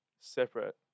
separate